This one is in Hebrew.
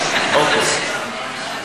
ואחרים,